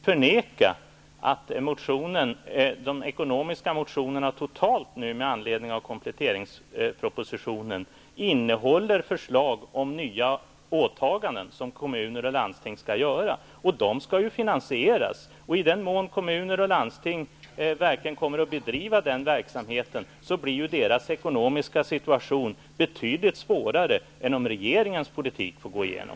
Fru talman! Lisbet Calner kan inte förneka att de ekonomiska motionerna med anledning av kompletteringspropositionen totalt innehåller förslag om nya åtaganden för kommuner och landsting. De skall finansieras. I den mån kommuner och landsting verkligen kommer att bedriva den verksamheten blir deras ekonomiska situation betydligt svårare än om regeringens politik får gå igenom.